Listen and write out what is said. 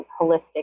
holistic